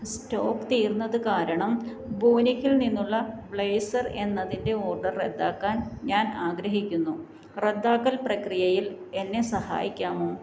stock തീർന്നത് കാരണം വൂനിക്കിൽ നിന്നുള്ള ബ്ലേസർ എന്നതിന്റെ ഓഡർ റദ്ദാക്കാൻ ഞാൻ ആഗ്രഹിക്കുന്നു റദ്ദാക്കൽ പ്രക്രിയയിൽ എന്നെ സഹായിക്കാമോ